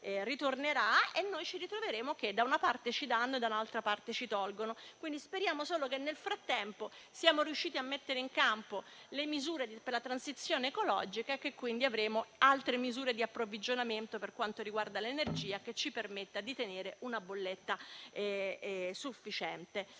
ci ritroveremo che da una parte ci danno e dall'altro ci tolgono. Speriamo solo che nel frattempo saremo riusciti a mettere in campo le misure per la transizione ecologica e che quindi avremo altre misure di approvvigionamento per quanto riguarda l'energia, che ci permettano di tenere contenuti i